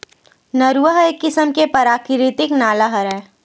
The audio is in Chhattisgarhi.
नरूवा ह एक किसम के पराकिरितिक नाला हरय